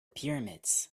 pyramids